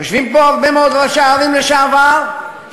יושבים פה הרבה מאוד ראשי ערים לשעבר שיודעים